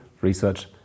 research